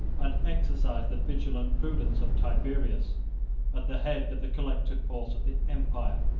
and exercised the vigilant prudence of tiberius at the head of the collected force of the empire.